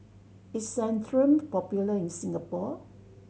is Centrum popular in Singapore